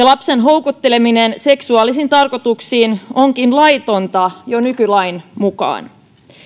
lapsen houkutteleminen seksuaalisiin tarkoituksiin onkin laitonta jo nykylain mukaan